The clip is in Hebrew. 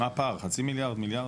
מה הפער, חצי מיליארד, מיליארד?